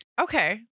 Okay